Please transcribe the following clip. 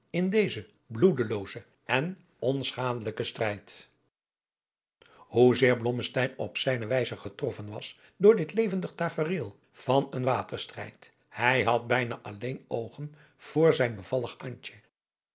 in dezen bloedeloozen en onschadelijken strijd hoezeer blommesteyn op zijne wijze getroffen was door dit levendig tafereel van een waterstrijd hij had bijna alleen oogen voor zijn